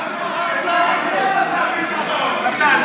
מי היה שר הביטחון, מתן?